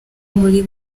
muri